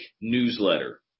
newsletter